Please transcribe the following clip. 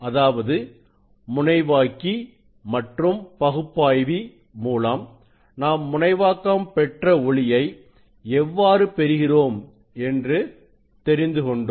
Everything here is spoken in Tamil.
அதாவது முனைவாக்கி மற்றும் பகுப்பாய்வி மூலம் நாம் முனைவாக்கம் பெற்ற ஒளியை எவ்வாறு பெறுகிறோம் என்றும் தெரிந்துகொண்டோம்